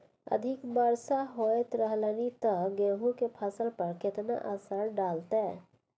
अधिक वर्षा होयत रहलनि ते गेहूँ के फसल पर केतना असर डालतै?